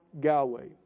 Galway